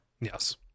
Yes